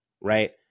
right